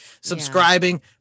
subscribing